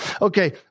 okay